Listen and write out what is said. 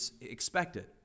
expected